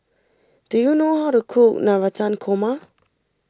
do you know how to cook Navratan Korma